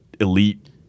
elite